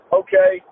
okay